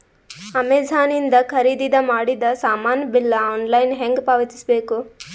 Amazon ಇಂದ ಖರೀದಿದ ಮಾಡಿದ ಸಾಮಾನ ಬಿಲ್ ಆನ್ಲೈನ್ ಹೆಂಗ್ ಪಾವತಿಸ ಬೇಕು?